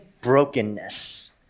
brokenness